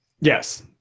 Yes